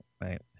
right